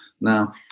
Now